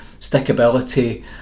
stickability